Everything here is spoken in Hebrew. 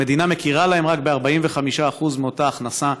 והמדינה מכירה להם רק ב-45% מאותה הכנסה.